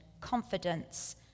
confidence